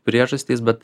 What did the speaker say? priežastys bet